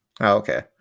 okay